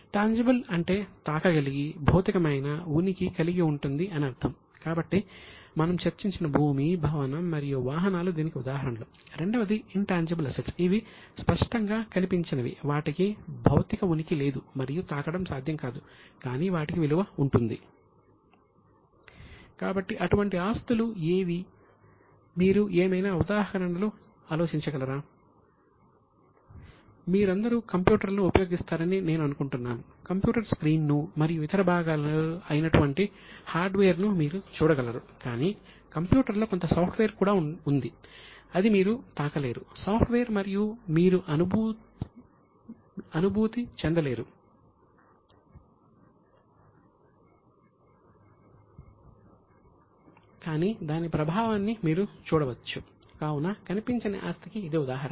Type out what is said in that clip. tangible కూడా ఉంది అది మీరు తాకలేరు సాఫ్ట్వేర్ ను మరియు మీరు అనుభూతి చెందలేరు కానీ దాని ప్రభావాన్ని మీరు చూడవచ్చు కావున కనిపించని ఆస్తికి ఇది ఉదాహరణ